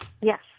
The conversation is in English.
Yes